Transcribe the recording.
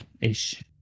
ish